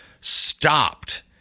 stopped